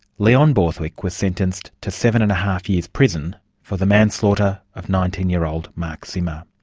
leon borthwick was sentenced to seven and a half years prison for the manslaughter of nineteen year old mark zimmer.